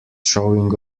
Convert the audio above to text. showing